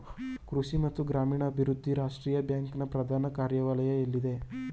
ಕೃಷಿ ಮತ್ತು ಗ್ರಾಮೀಣಾಭಿವೃದ್ಧಿ ರಾಷ್ಟ್ರೀಯ ಬ್ಯಾಂಕ್ ನ ಪ್ರಧಾನ ಕಾರ್ಯಾಲಯ ಎಲ್ಲಿದೆ?